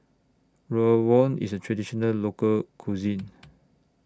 Rawon IS A Traditional Local Cuisine